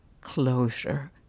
closure